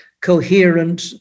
coherent